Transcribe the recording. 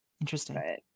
interesting